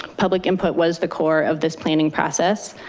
public input was the core of this planning process.